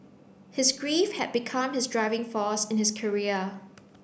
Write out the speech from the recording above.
his grief had become his driving force in his career